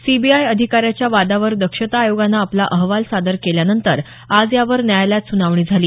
CBI अधिकाऱ्याच्या वादावर दक्षता आयोगानं आपला अहवाल सादर केल्यानंतर आज यावर न्यायालयात सुनावणी झाली